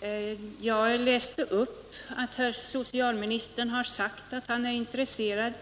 Herr talman! Jag läste i mitt förra debattinlägg upp att socialministern har sagt att han är intresserad